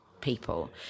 people